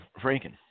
Franken